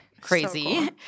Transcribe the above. Crazy